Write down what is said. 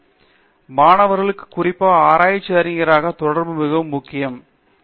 பேராசிரியர் பிரதாப் ஹரிதாஸ் மாணவர்களுக்கு குறிப்பாக ஆராய்ச்சி அறிஞராக தொடர்பு மிகவும் முக்கியமான விஷயம்